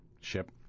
ship